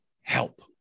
help